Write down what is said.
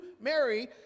mary